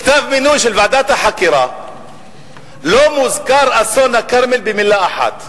בכתב המינוי של ועדת החקירה לא מוזכר אסון הכרמל במלה אחת.